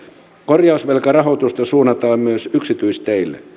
korjausvelkarahoitusta suunnataan myös yksityisteille